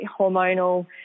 hormonal